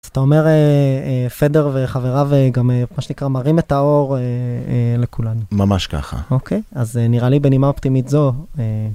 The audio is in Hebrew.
אז אתה אומר, פדר וחבריו גם, מה שנקרא, מראים את האור לכולנו. ממש ככה. אוקיי, אז נראה לי בנימה אופטימית זו.